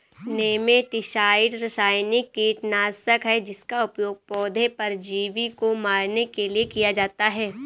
nematicide रासायनिक कीटनाशक है जिसका उपयोग पौधे परजीवी को मारने के लिए किया जाता है